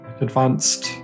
advanced